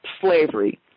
slavery